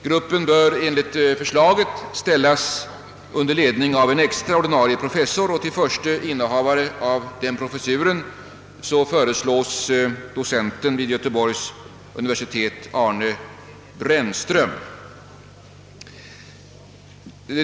Gruppen bör enligt förslaget ställas under ledning av en extra ordinarie professor, och till förste innehavare av den professuren föreslås docenten vid Göteborgs universitet Arne Brändström.